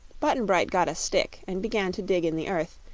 button-bright got a stick and began to dig in the earth,